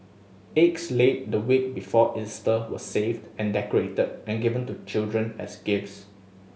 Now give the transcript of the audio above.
eggs laid the week before Easter were saved and decorated and given to children as gifts